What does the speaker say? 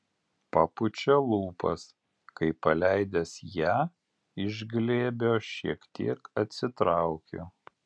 papučia lūpas kai paleidęs ją iš glėbio šiek tiek atsitraukiu